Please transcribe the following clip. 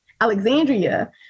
Alexandria